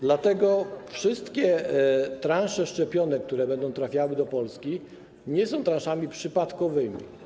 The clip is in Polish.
Dlatego wszystkie transze szczepionek, które będą trafiały do Polski, nie są transzami przypadkowymi.